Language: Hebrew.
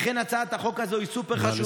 לכן הצעת החוק הזו היא סופר-חשובה.